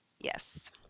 Yes